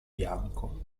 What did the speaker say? bianco